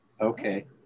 Okay